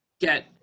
get